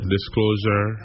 Disclosure